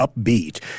upbeat